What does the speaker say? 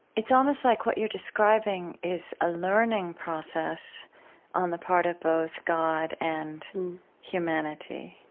it's almost like what you're describing is a learning process on the part of both god and humanity